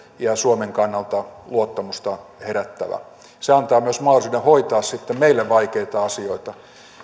ja suomen kannalta luottamusta herättävä se antaa myös mahdollisuuden hoitaa meille vaikeita asioita